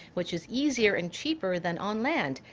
which is easier and cheaper than on land,